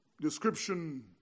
Description